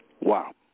Wow